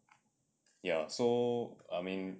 ya so I mean